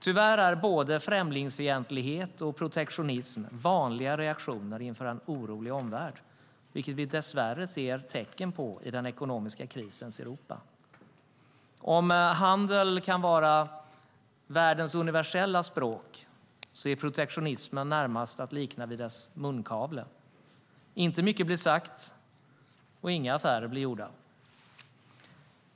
Tyvärr är både främlingsfientlighet och protektionism vanliga reaktioner inför en orolig omvärld, vilket vi dess värre ser tecken på i den ekonomiska krisens Europa. Om handel kan vara världens universella språk är protektionismen närmast att likna vid dess munkavle. Inte mycket blir sagt, och inga affärer blir gjorda.